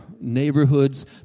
neighborhoods